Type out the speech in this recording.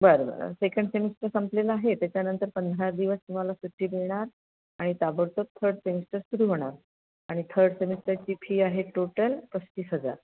बरं बरं second semester संपलेला आहे त्याच्यानंतर पंधरा दिवस तुम्हाला सुट्टी मिळणार आणि ताबडतोब थर्ड सेमिस्टर सुरु होणार आणि थर्ड सेमिस्टरची फी आहे टोटल पस्तीस हजार